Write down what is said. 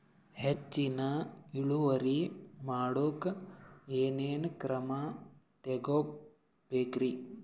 ಹೆಚ್ಚಿನ್ ಇಳುವರಿ ಮಾಡೋಕ್ ಏನ್ ಏನ್ ಕ್ರಮ ತೇಗೋಬೇಕ್ರಿ?